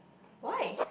why